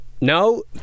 No